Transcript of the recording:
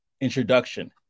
introduction